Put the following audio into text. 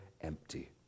empty